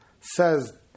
says